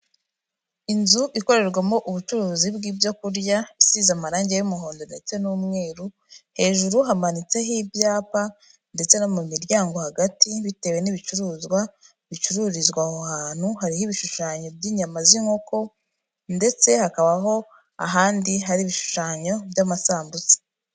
Inzu ikorerwamo ubucuruzi bw'ibyo kurya, isize amarange y'umuhondo ndetse n'umweru hejuru hamanitseho ibyapa ndetse no mu miryango hagati bitewe n'ibicuruzwa bicururizwa aho hantu, hariho ibishushanyo by'inyama z'inkoko ndetse hakabaho ahandi hari ibishushanyo by'amasambusa.